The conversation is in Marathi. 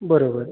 बरोबर